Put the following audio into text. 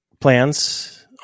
plans